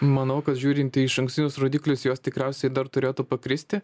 manau kad žiūrint į išankstinius rodiklius jos tikriausiai dar turėtų pakristi